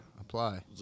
apply